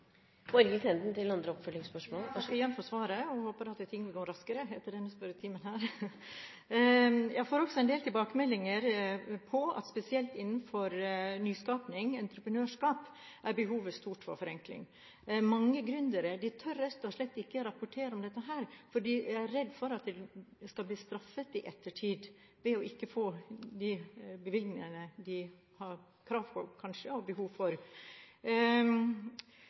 Jeg takker igjen for svaret, og håper at ting går raskere etter denne spørretimen. Jeg får også en del tilbakemeldinger på at spesielt innenfor nyskaping, entreprenørskap, er behovet stort for forenkling. Mange gründere tør rett og slett ikke rapportere om dette, for de er redd for at de skal bli straffet i ettertid ved at de ikke får de bevilgningene de kanskje har krav på og har behov for.